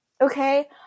okay